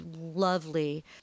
lovely